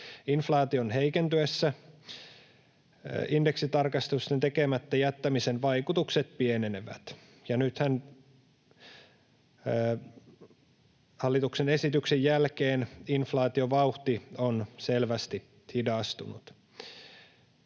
Inflaation heikentyessä indeksitarkistusten tekemättä jättämisen vaikutukset pienenevät, ja nythän hallituksen esityksen jälkeen inflaatiovauhti on selvästi hidastunut.